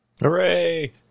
Hooray